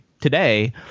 today